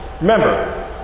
Remember